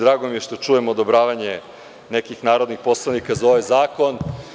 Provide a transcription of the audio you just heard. Drago mi je što čujem odobravanje nekih narodnih poslanika za ovaj zakon.